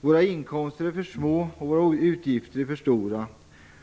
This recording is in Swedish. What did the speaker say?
Våra inkomster är för små och våra utgifter för stora.